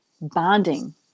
bonding